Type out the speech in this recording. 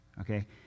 okay